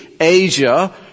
Asia